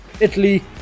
Italy